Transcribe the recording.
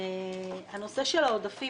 הנושא של העודפים,